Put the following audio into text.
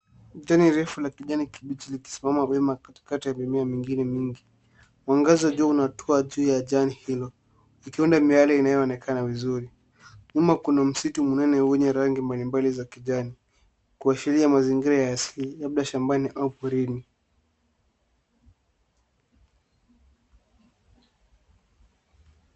Jani refu la kijani kibichi likisimama wima katikati ya mimea mingine mingi. Mwangaza wa jua unatwaa juu yaani hilo ikiunda miale inayoonekana vizuri. Nyuma kuna msitu mnene wenye rangi mbalimbali za kijani kuashiria mazingira ya asili la shambani au porini.